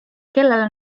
kellele